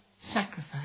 sacrifice